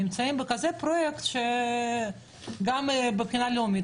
נמצאים בכזה פרויקט גם מבחינה לאומית